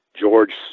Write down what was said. George